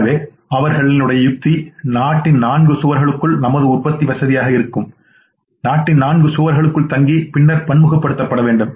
எனவே அவர்களின் யுக்திகள் நாட்டின் நான்கு சுவர்களுக்குள் நமது உற்பத்திக்கு வசதியாக இருக்கும் நாட்டின் நான்கு சுவர்களுக்குள் தங்கி பின்னர் பன்முகப்படுத்தப்பட வேண்டும்